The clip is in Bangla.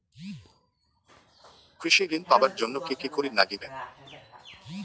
কৃষি ঋণ পাবার জন্যে কি কি করির নাগিবে?